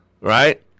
right